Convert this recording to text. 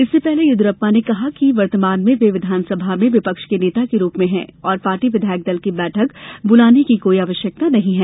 इससे पहले येदियुरप्पा ने कहा कि वर्तमान में वे विधानसभा में विपक्ष के नेता के रूप में हैं और पार्टी विधायक दल की बैठक बुलाने की कोई आवश्यकता नहीं है